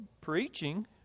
preaching